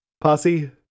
posse